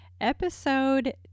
episode